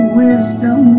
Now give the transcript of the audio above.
wisdom